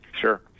Sure